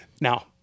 Now